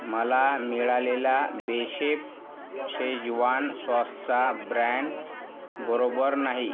मला मिळालेला बेशेप शेजवान सॉसचा ब्रँड बरोबर नाही